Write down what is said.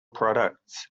products